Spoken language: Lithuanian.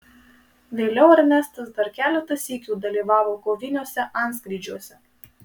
vėliau ernestas dar keletą sykių dalyvavo koviniuose antskrydžiuose